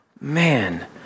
Man